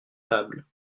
tables